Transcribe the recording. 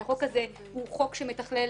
כי זה חוק שמתכלל